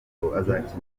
police